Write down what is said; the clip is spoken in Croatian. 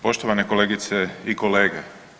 Poštovane kolegice i kolege.